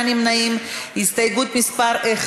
יעל גרמן,